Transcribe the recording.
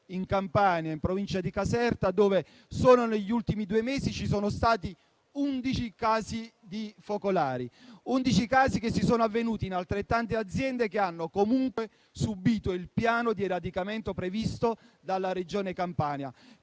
in Campania, in provincia di Caserta, dove solo negli ultimi due mesi ci sono stati 11 focolai, 11 casi avvenuti in altrettante aziende che hanno comunque subito il piano di eradicamento previsto dalla Regione Campania.